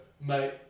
mate